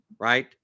right